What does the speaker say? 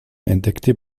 entdeckte